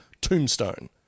Tombstone